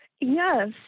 Yes